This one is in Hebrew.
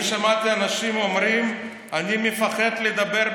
אני שמעתי אנשים אומרים: אני מפחד לדבר בטלפון,